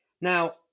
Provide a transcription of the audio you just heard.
Now